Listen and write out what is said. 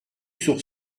sur